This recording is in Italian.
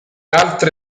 altre